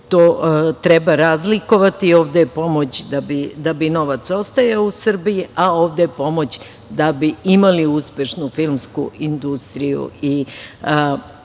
to treba razlikovati. Ovde je pomoć da bi novac ostajao u Srbiji, a ovde je pomoć da bi imali uspešnu filmsku industriju i ovako